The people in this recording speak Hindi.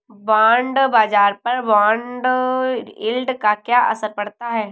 बॉन्ड बाजार पर बॉन्ड यील्ड का क्या असर पड़ता है?